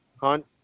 Hunt